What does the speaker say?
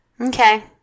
okay